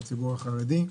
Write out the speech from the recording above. בציבור החרדי?